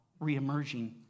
reemerging